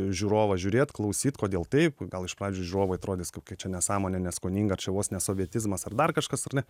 žiūrovą žiūrėt klausyt kodėl taip gal iš pradžių žiūrovui atrodys kokia čia nesąmonė neskoninga ar čia vos ne sovietizmas ar dar kažkas ar ne